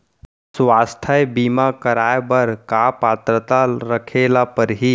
स्वास्थ्य बीमा करवाय बर का पात्रता रखे ल परही?